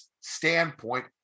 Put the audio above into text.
standpoint